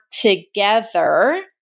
together